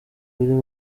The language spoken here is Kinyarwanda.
birimo